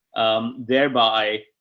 um, thereby,